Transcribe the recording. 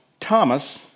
Thomas